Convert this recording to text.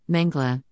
Mengla